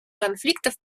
конфликтов